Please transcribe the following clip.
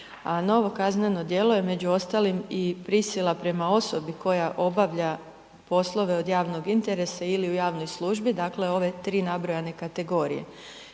novo kazneno djelo je među ostalim i prisila prema osobi koja obavlja poslove od javnog interesa ili u javnoj službi dakle ove tri nabrojane kategorije